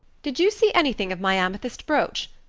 did you see anything of my amethyst brooch?